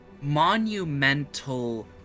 monumental